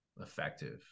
effective